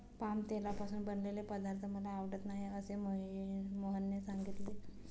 palm तेलापासून बनवलेले पदार्थ मला आवडत नाहीत असे मोहनने सांगितले